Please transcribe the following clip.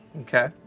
Okay